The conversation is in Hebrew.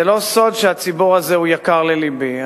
זה לא סוד שהציבור הזה יקר ללבי.